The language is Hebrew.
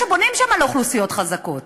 בבניין של 100 משפחות לא יוכלו להחזיק חמש משפחות?